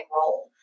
role